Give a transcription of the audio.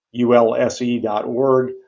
ulse.org